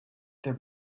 their